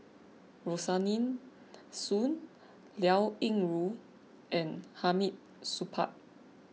Rosaline Soon Liao Yingru and Hamid Supaat